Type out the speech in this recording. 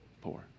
poor